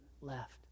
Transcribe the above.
left